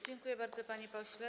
Dziękuję bardzo, panie pośle.